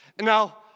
Now